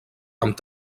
amb